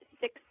six